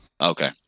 okay